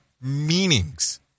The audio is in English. meanings